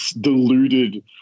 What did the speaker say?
deluded